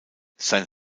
sein